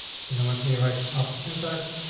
like and let me write the proper syntax,